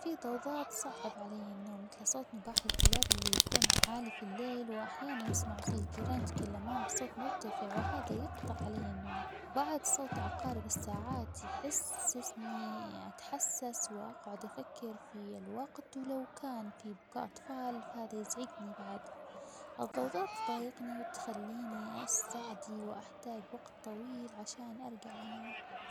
في ضوضاء تصعب علي النوم مثل صوت نباح الكلاب اللي يكون عالي في الليل وأحياناً نسمع صوت الجيران يتكلمون بصوت مرتفع يقطع علي النوم، بعد صوت بعض عقارب الساعات يحسسني أتحسس وأقعد أفكر في الوقت ولو كان في بكا أطفال فهذا يزعجني بعد، الضوضاء تضايقني وتخليني أستعدي وأحتاج وقت طويل عشان أرجع أنام.